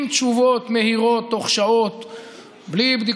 אנחנו עוברים להסתייגות מס' 22. מי בעד?